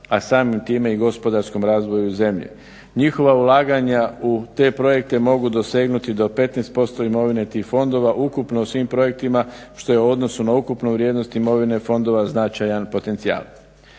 a samim time i gospodarskom razvoju zemlje. Njihova ulaganja u te projekte mogu dosegnuti do 15% imovine tih fondova ukupno u svim projektima što je u odnosu na ukupnu vrijednost imovine fondova značajan potencijal.